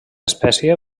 espècie